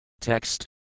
Text